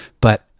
but-